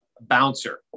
bouncer